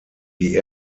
die